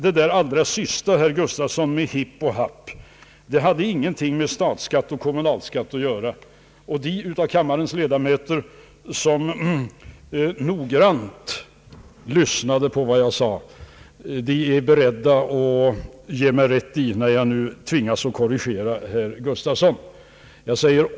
Det här allra sista med hipp och happ, herr Gustafsson, hade ingenting med statsskatt och kommunalskatt att göra. De av kammarens ledamöter som noggrant lyssnade på vad jag sade är beredda att ge mig rätt när jag nu tvingas korrigera herr Gustafsson.